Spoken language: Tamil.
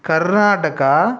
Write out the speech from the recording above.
கர்நாடகா